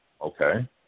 Okay